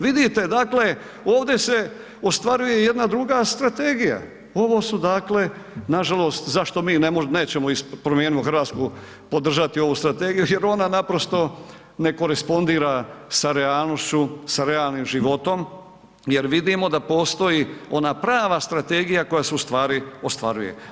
Vidite dakle ovdje se ostvaruje jedna druga strategija, ovo su dakle nažalost, zašto mi nećemo iz Promijenimo Hrvatsku podržati ovu strategiju jer ona naprosto ne korespondira sa realnošću, sa realnim životom jer vidimo da postoji ona prava strategija koja se u stvari ostvaruje.